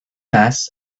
mass